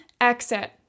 exit